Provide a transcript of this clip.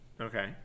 Okay